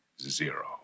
zero